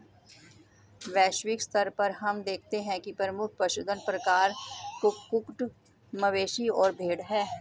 वैश्विक स्तर पर हम देखते हैं कि प्रमुख पशुधन प्रकार कुक्कुट, मवेशी और भेड़ हैं